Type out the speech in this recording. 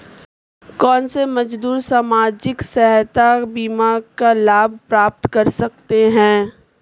कौनसे मजदूर सामाजिक सहायता बीमा का लाभ प्राप्त कर सकते हैं?